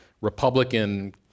Republican